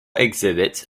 exhibits